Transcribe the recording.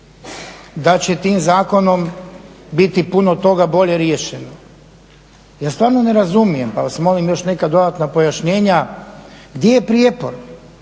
da će tim zakonom biti puno toga bolje riješeno, ja stvarno ne razumijem pa vas molim još neka dodatna pojašnjenja, gdje je prijepor?